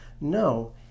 No